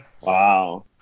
wow